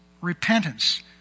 repentance